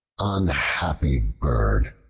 unhappy bird!